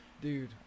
dude